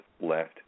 left